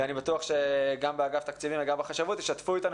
ואני בטוח שגם באגף התקציבים וגם בחשבות ישתפו אתנו